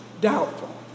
doubtful